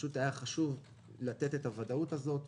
פשוט היה חשוב לתת את הוודאות הזאת.